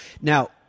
Now